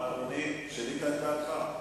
מה, אדוני, שינית את דעתך?